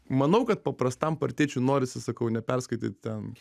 manau kad paprastam partiečiui norisi sakau ne perskaityt ten